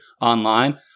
online